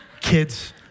kids